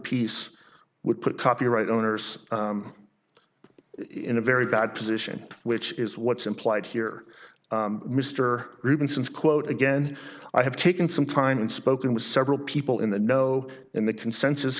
peace would put copyright owners in a very bad position which is what's implied here mr robinson's quote again i have taken some time and spoken with several people in the know in the consensus